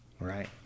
Right